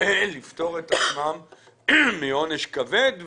לפתור את עצמם מעונש כבד ויאמר: